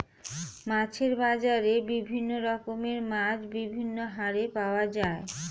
মাছের বাজারে বিভিন্ন রকমের মাছ বিভিন্ন হারে পাওয়া যায়